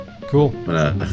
Cool